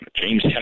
James